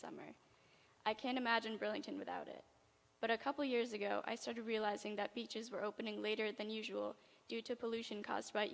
summer i can't imagine religion without it but a couple years ago i started realizing that beaches were opening later than usual due to pollution caused by